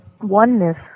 oneness